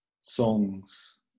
songs